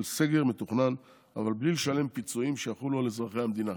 סגר מתוכנן אבל בלי לשלם פיצויים שיחולו על אזרחי המדינה.